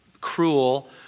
cruel